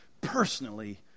personally